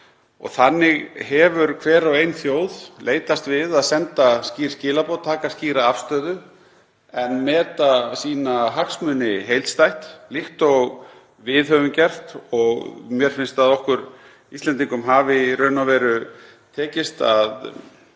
Þannig hefur hver og ein þjóð leitast við að senda skýr skilaboð, taka skýra afstöðu en meta sína hagsmuni heildstætt líkt og við höfum gert. Mér finnst að okkur Íslendingum hafi í raun og veru tekist að